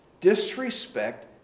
disrespect